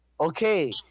Okay